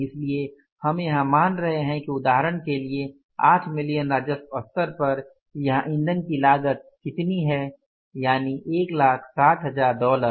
इसलिए हम यहां मान रहे हैं कि उदाहरण के लिए 8 मिलियन राजस्व स्तर पर यहां ईंधन की लागत कितनी है यानी 160000 डॉलर